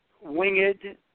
winged